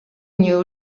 knew